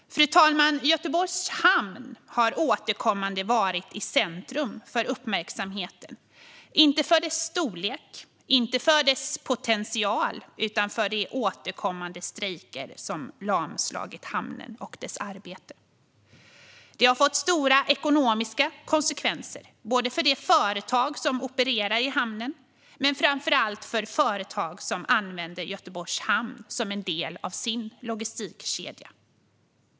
Fru talman! Göteborgs hamn har återkommande varit i centrum för uppmärksamheten, inte för sin storlek eller sin potential utan för de återkommande strejker som lamslagit hamnen och dess arbete. Det har fått stora ekonomiska konsekvenser för de företag som opererar i hamnen men framför allt för företag som använder Göteborgs hamn som en del av sin logistikkedja.